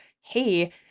hey